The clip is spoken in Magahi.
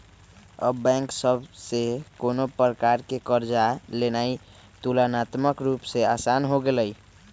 अब बैंक सभ से कोनो प्रकार कें कर्जा लेनाइ तुलनात्मक रूप से असान हो गेलइ